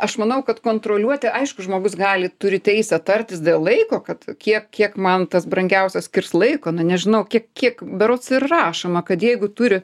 aš manau kad kontroliuoti aišku žmogus gali turi teisę tartis dėl laiko kad kiek kiek man tas brangiausias skirs laiko nu nežinau kiek kiek berods ir rašoma kad jeigu turi